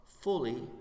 fully